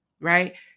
right